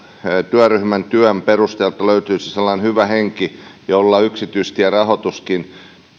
työryhmän työn perusteella löytyisi sellainen hyvä henki jolla yksityistierahoituskin